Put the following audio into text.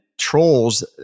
trolls